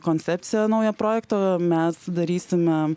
koncepciją naują projekto mes darysime